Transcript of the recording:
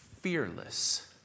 fearless